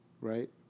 Right